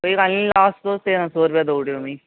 कोई गल्ल नेई लास्ट तुस तेरह सौ रपेया दऊ उड़ेओ मिगी